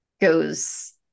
goes